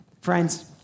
Friends